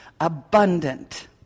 abundant